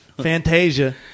Fantasia